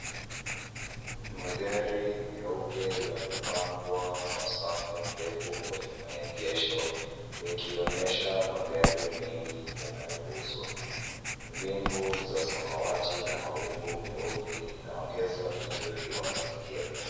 Magari meupe yamepangwa kwa safu ndefu kwenye maegesho yakionyesha magari mengi yanayouzwa. Mbingu ya samawati na mawingu meupe inaongeza uzuri wa mazingira.